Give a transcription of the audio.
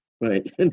right